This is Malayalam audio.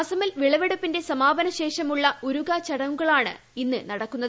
അസമിൽ വിളവെടുപ്പിന്റെ സമാപനശേഷമുള്ള ഉരുക ചടങ്ങളുകളാണ് ഇന്ന് നടക്കുന്നത്